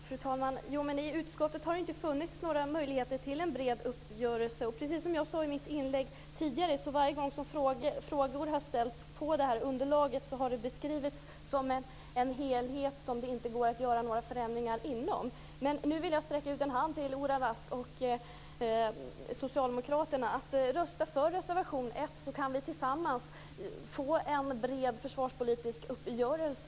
Fru talman! I utskottet har det inte funnits några möjligheter till en bred uppgörelse. Precis som jag sade i mitt inlägg tidigare är det så att varje gång frågor har ställts på det här underlaget har det beskrivits som en helhet som det inte går att göra några förändringar inom. Men nu vill jag sträcka ut en hand till Ola Rask och socialdemokraterna. Rösta för reservation 1, så kan vi tillsammans få en bred försvarspolitisk uppgörelse.